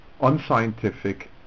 unscientific